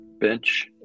bench